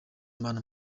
imana